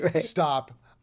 stop